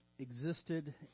existed